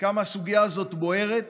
עד כמה הסוגיה הזאת בוערת,